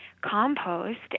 compost